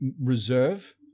Reserve